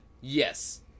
Yes